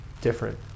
different